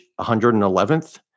111th